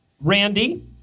Randy